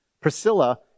Priscilla